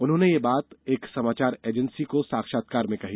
उन्होंने यह बात एक समाचार एजेंसी को साक्षात्कार में कही